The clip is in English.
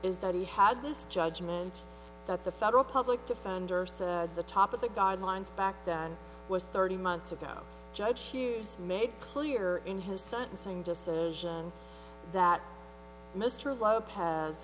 is that he has this judgment that the federal public defender said the top of the guidelines back then was thirty months ago judge shoes made clear in his sentencing decision that mr lopez